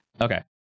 Okay